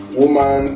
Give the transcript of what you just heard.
woman